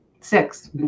Six